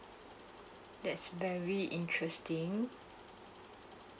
that's very interesting